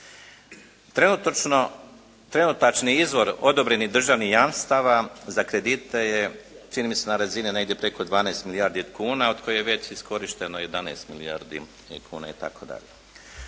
Trenutačni izvor odobrenih državnih jamstava za kredite je, čini mi se na razini negdje preko 12 milijardi kuna od kojih je već iskorišteno 11 milijardi kuna itd.